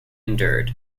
endured